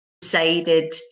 decided